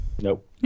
Nope